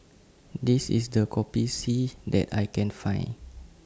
This IS The Best Kopi C that I Can Find